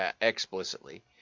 explicitly